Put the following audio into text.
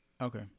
Okay